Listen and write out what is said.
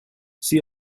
see